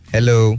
Hello